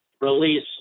release